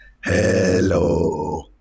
Hello